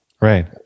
Right